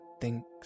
thinks